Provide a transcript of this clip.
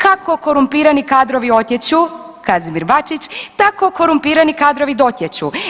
Kako korumpirani kadrovi otječu, Kazimir Bačić, tako korumpirani kadrovi dotječu.